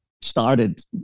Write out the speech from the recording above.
started